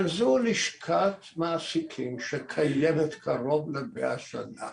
אבל זו לשכת מעסיקים שקיימת קרוב ל-100 שנה,